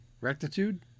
Rectitude